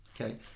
Okay